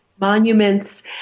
monuments